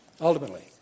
Ultimately